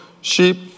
sheep